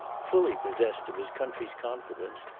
fully possessed of his country's confidence,